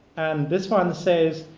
and this one says,